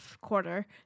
quarter